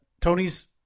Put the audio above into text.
Tony's